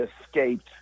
escaped